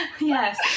Yes